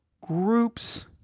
groups